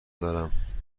دارم